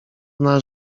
nas